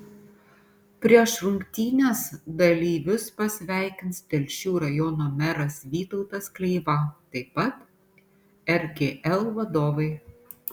prieš rungtynes dalyvius pasveikins telšių rajono meras vytautas kleiva taip pat rkl vadovai